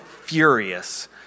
furious